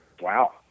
Wow